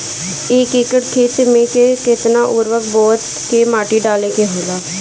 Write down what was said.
एक एकड़ खेत में के केतना उर्वरक बोअत के माटी डाले के होला?